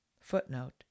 Footnote